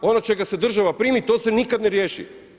Ono čega se država primi to se nikada ne riješi.